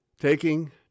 taking